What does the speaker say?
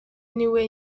niwe